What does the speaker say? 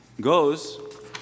goes